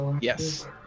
Yes